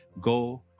go